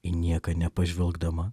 į nieką nepažvelgdama